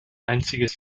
einziges